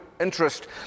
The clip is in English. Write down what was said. interest